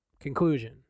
conclusion